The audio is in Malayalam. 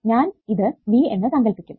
ഞാൻ ഇത് V എന്ന് സങ്കൽപ്പിക്കും